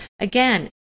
again